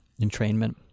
entrainment